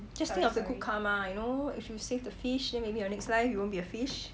just think of the good karma you know if you save to fish then maybe your next life you won't be a fish